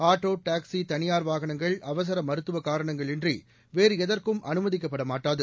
auto taxi தனியார் வாகனங்கள் அவசர மருத்துவக் காரணங்களின்றி வேறு எதற்கும் அனுமதிக்கப்பட மாட்டாது